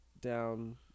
down